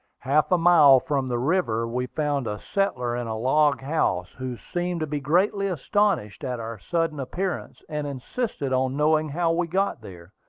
half a mile from the river, we found a settler in a log house, who seemed to be greatly astonished at our sudden appearance, and insisted on knowing how we got there.